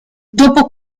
dopo